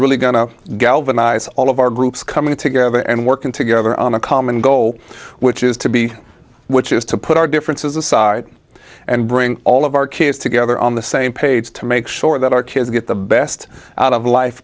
really going to galvanize all of our groups coming together and working together on a common goal which is to be which is to put our differences aside and bring all of our kids together on the same page to make sure that our kids get the best out of life